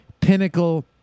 Pinnacle